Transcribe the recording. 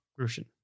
Grushin